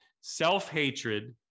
Self-hatred